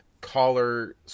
collar